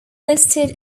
listed